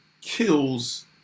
kills